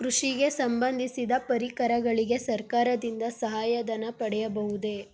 ಕೃಷಿಗೆ ಸಂಬಂದಿಸಿದ ಪರಿಕರಗಳಿಗೆ ಸರ್ಕಾರದಿಂದ ಸಹಾಯ ಧನ ಪಡೆಯಬಹುದೇ?